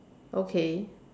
okay